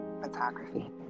photography